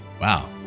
wow